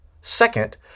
Second